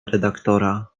redaktora